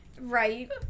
Right